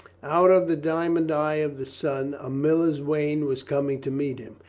out of the diamond eye of the sun a miller's wain was coming to meet him.